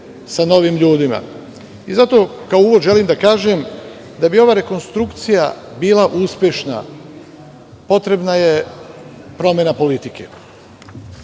sa novim ljudima. Zato kao uvod želim da kažem da bi ova rekonstrukcija bila uspešna potrebna je promena politike.